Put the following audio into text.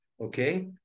Okay